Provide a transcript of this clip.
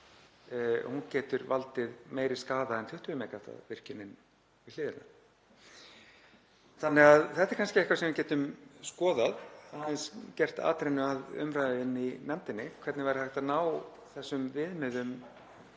8 MW getur valdið meiri skaða en 20 MW virkjunin við hliðina. Þetta er kannski eitthvað sem við getum skoðað aðeins, gert atrennu að umræðu um það inni í nefndinni hvernig væri hægt að ná þessum viðmiðum